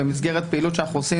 במסגרת פעילות שאנחנו עושים.